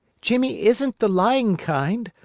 jimmie isn't the lying kind.